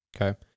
Okay